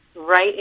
Right